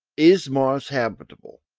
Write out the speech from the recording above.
is mars habitable,